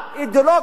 אידיאולוגית,